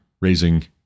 raising